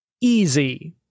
easy